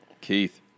Keith